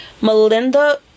Melinda